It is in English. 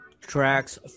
tracks